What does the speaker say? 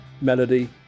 melody